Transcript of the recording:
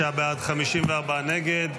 46 בעד, 54 נגד.